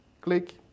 click